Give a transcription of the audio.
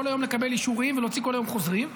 היום לקבל אישורים ולהוציא כל היום חוזרים,